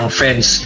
friends